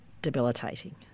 debilitating